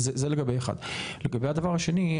לגבי הדבר השני,